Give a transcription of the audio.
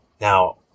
Now